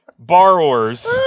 Borrowers